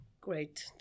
great